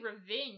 revenge